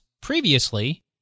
previously